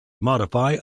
modify